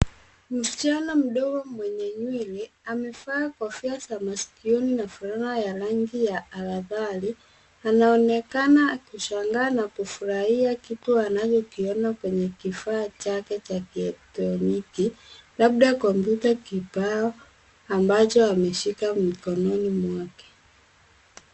Msichana mdogo mwenye nywele amevaa kofia za masikioni na fulana ya rangi ya aladhali. Anaonekana kushangaa na kufurahia kitu anavyokiona kwenye kifaa chake cha kielektroniki, labda kompyuta kibao ambacho ameshika mkononi mwake.